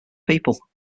people